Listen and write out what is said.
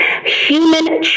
human